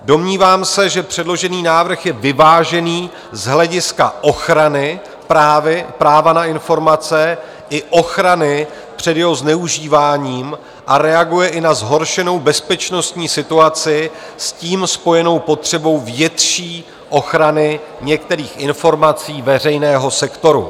Domnívám se, že předložený návrh je vyvážený z hlediska ochrany práva na informace i ochrany před jeho zneužíváním a reaguje i na zhoršenou bezpečnostní situaci s tím spojenou potřebu větší ochrany některých informací veřejného sektoru.